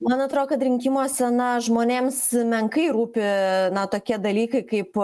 man atrodo kad rinkimuose na žmonėms menkai rūpi na tokie dalykai kaip